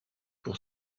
pour